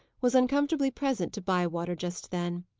was uncomfortably present to bywater just then.